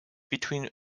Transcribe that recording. between